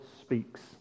speaks